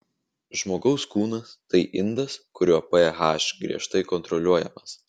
žmogaus kūnas tai indas kurio ph griežtai kontroliuojamas